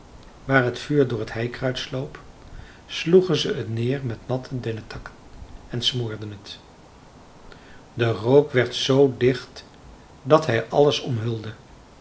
waar het vuur door het heikruid sloop sloegen ze het neer met natte dennetakken en smoorden het de rook werd z dicht dat hij alles omhulde